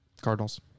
Cardinals